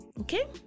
okay